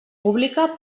pública